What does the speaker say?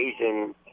Asian